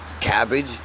cabbage